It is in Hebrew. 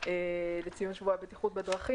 לציון שבוע הבטיחות בדרכים,